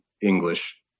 english